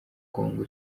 congo